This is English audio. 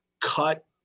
cut